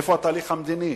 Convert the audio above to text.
איפה התהליך המדיני?